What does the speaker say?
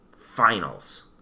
finals